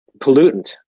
pollutant